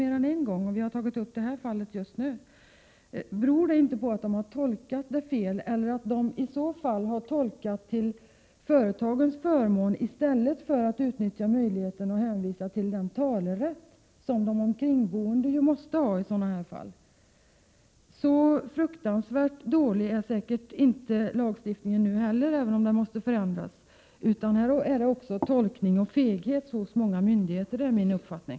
Beror inte den hänvisningen på att hälsooch miljöskyddsmyndigheterna har gjort en felaktig tolkning eller tolkat till förmån för företagen i stället för att utnyttja möjligheten att hänvisa till den talerätt som de omkringboende måste ha i sådana här fall? Så fruktansvärt dålig är lagstiftningen säkert inte, även om den nu måste ändras. Det handlar också om tolkning och feghet hos många myndigheter, enligt min uppfattning.